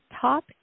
top